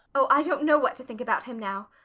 oh, i don't know what to think about him now.